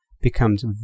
becomes